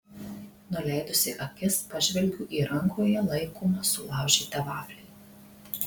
nuleidusi akis pažvelgiu į rankoje laikomą sulaužytą vaflį